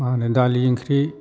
मा होनो दालि ओंख्रि